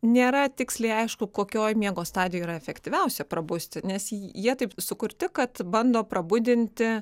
nėra tiksliai aišku kokioj miego stadijoj yra efektyviausia prabusti nes jie taip sukurti kad bando prabudinti